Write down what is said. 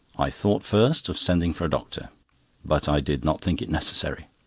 i thought first of sending for a doctor but i did not think it necessary.